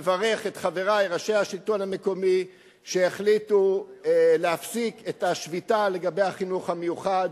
מברך את חברי ראשי השלטון המקומי שהחליטו להפסיק בחינוך המיוחד.